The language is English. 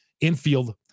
infield